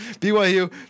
BYU